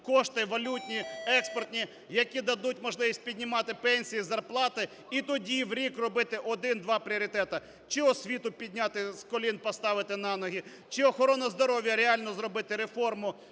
кошти валютні, експортні, які дадуть можливість піднімати пенсії, зарплати і тоді в рік робити один-два пріоритети, чи освіту підняти з колін поставити на ноги, чи охорону здоров'я реально зробити реформу,